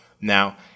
Now